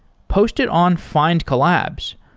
post it on findcollabs.